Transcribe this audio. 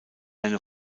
eine